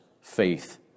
faith